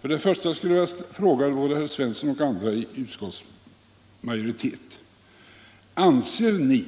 Först och främst skulle jag vilja fråga både herr Svensson och andra inom utskottsmajoriteten: Anser ni